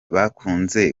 bakunze